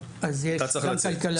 אתה צריך לצאת?